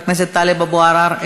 חבר הכנסת טלב אבו עראר,